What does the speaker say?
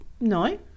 No